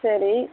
சரி